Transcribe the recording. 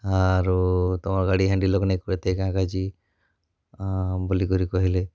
ଆରୁ ତମର୍ ଗାଡ଼ି ହେଣ୍ଡିଲ୍ ଲକ୍ ନାଇଁ କରି ଥାଇ କାଁ କାଜି ବୋଲି କରି କହେଲେ